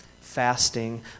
fasting